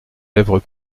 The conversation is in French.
lèvres